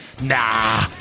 nah